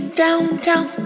downtown